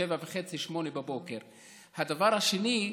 07:30 או 08:00. הדבר השני,